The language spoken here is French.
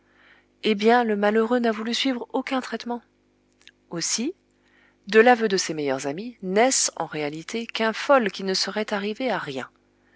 eh bien le malheureux n'a voulu suivre aucun traitement aussi de l'aveu de ses meilleurs amis n'est-ce en réalité qu'un fol qui ne saurait arriver à rien